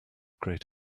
great